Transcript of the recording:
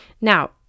Now